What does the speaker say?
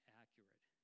accurate